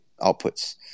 outputs